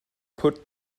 put